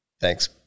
thanks